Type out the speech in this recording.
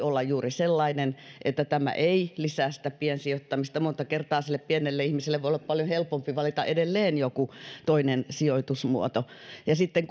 olla juuri sellainen että tämä ei lisää sitä piensijoittamista ja monta kertaa sille pienelle ihmiselle voi olla paljon helpompi valita edelleen joku toinen sijoitusmuoto ja sitten